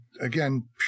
again